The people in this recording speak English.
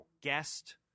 guest